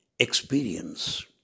experience